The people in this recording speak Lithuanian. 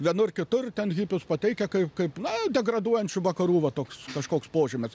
vienur kitur ten hipius pateikia kaip kaip na degraduojančių vakarų va toks kažkoks požymis